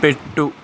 పెట్టు